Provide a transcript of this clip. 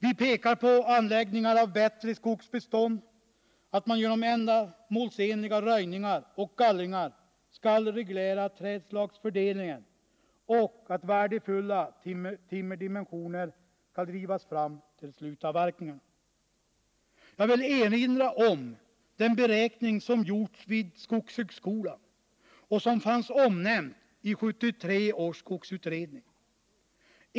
Vi pekar på anläggningar av bättre skogsbestånd och framhåller att man genom ändamålsenliga röjningar och gallringar skall reglera trädslagsfördelningen samt att värdefulla timmerdimensioner skall drivas fram till slutavverkningar. Jag vill erinra om den beräkning som gjorts vid skogshögskolan och som fanns omnämnd i 1973 års skogsutredning.